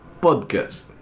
podcast